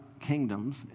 Kingdoms